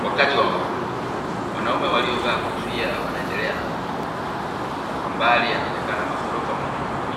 Wakati wa mavuno. Wanaume waliovaa kofia wanaendelea na mavuno. Kwa mbali yanaonekana maghorofa makubwa.